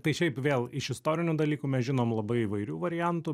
tai šiaip vėl iš istorinių dalykų mes žinom labai įvairių variantų